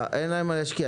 אמרת שאין להם מה להשקיע.